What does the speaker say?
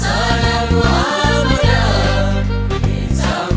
no no